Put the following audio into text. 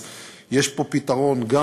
אז יש פה פתרון גם